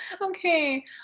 okay